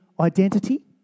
Identity